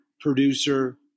producer